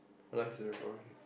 life is very boring